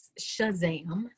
shazam